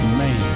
man